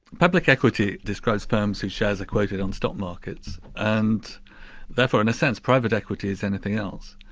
public equity describes firms whose shares are quoted on stock markets, and therefore in a sense, private equity is anything else.